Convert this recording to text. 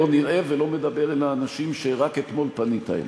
לא נראה ולא מדבר אל האנשים שרק אתמול פנית אליהם.